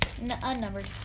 Unnumbered